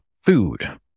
food